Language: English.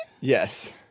Yes